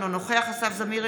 אינו נוכח אסף זמיר,